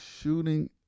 shooting